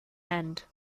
end